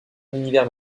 univers